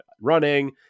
running